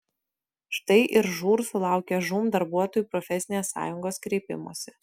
štai ir žūr sulaukė žūm darbuotojų profesinės sąjungos kreipimosi